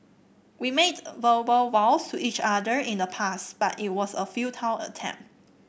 we made verbal vows to each other in the past but it was a futile attempt